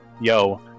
yo